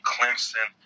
Clemson